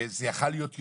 וזה יכול היה להיות יותר.